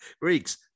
Greeks